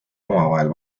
omavahel